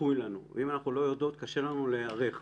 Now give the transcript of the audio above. צפוי להן ולכן אם קשה להן להיערך.